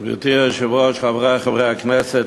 גברתי היושבת-ראש, חברי חברי הכנסת,